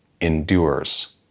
endures